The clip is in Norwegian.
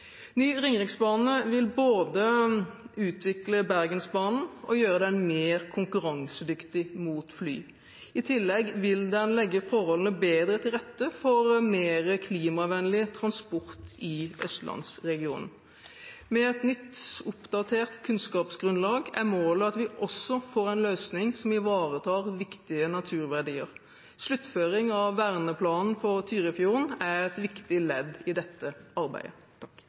Ny Ringeriksbane vil både utvikle Bergensbanen og gjøre den mer konkurransedyktig mot fly. I tillegg vil den legge forholdene bedre til rette for mer klimavennlig transport i Østlandsregionen. Med et nytt oppdatert kunnskapsgrunnlag er målet at vi også får en løsning som ivaretar viktige naturverdier. Sluttføring av verneplanen for Tyrifjorden er et viktig ledd i dette arbeidet.